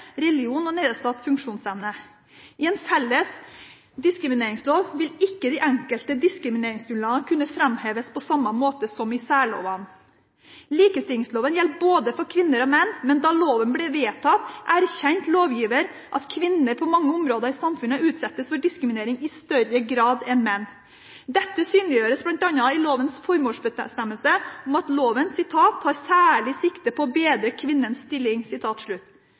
religion og nedsatt funksjonsevne. I en felles diskrimineringslov vil ikke de enkelte diskrimineringsgrunnlagene kunne framheves på samme måte som i særlovene. Likestillingsloven gjelder for både kvinner og menn, men da loven ble vedtatt, erkjente lovgiver at kvinner på mange områder i samfunnet utsettes for diskriminering i større grad enn menn. Dette synliggjøres bl.a. i lovens formålsbestemmelse om at loven «tar særlig sikte på å bedre kvinners stilling».